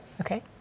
Okay